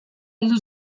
heldu